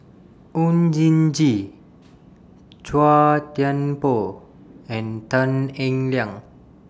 Oon Jin Gee Chua Thian Poh and Tan Eng Liang